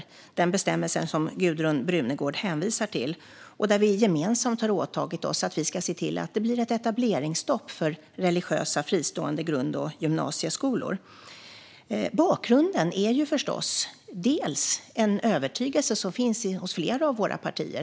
Det är den bestämmelse som Gudrun Brunegård hänvisar till och som innebär att vi gemensamt har åtagit oss att se till att det blir ett etableringsstopp för religiösa fristående grund och gymnasieskolor. Bakgrunden är förstås bland annat en övertygelse som finns hos flera av våra partier.